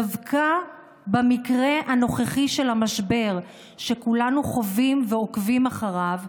דווקא במקרה הנוכחי של המשבר שכולנו חווים ועוקבים אחריו,